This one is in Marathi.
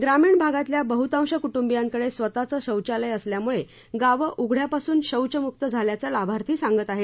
ग्रामीण भागातल्या बह्तांश कुटुंबियांकड स्वतच शौचालय असल्यामुळे गावं उघड्यापासून शौचमुक्त झाल्याचं लाभार्थी सांगत आहेत